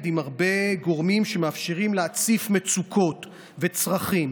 עם הרבה גורמים שמאפשרים להציף מצוקות וצרכים,